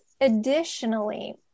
additionally